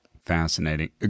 Fascinating